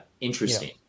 interesting